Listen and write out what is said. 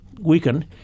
Weakened